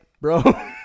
bro